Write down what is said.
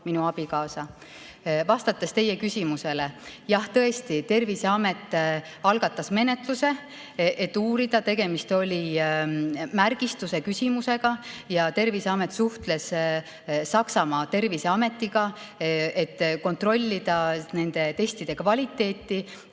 minu abikaasa. Vastates teie küsimusele: jah, tõesti, Terviseamet algatas menetluse, et [seda] uurida. Tegemist oli märgistuse küsimusega ja Terviseamet suhtles Saksamaa terviseametiga, et kontrollida nende testide kvaliteeti.